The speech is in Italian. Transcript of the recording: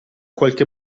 qualche